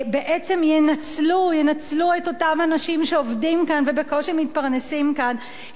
ינצלו את אותם אנשים שעובדים כאן ובקושי מתפרנסים כאן,